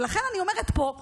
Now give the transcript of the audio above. ולכן אני אומרת גם פה: